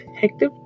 hectic